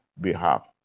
behalf